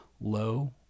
low